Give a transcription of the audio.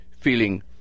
feeling